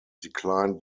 declined